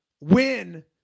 win